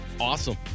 Awesome